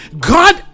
God